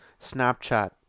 Snapchat